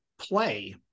play